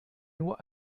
nur